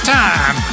time